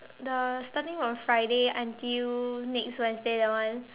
the starting from Friday until next Wednesday that one